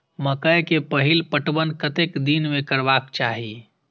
मकेय के पहिल पटवन कतेक दिन में करबाक चाही?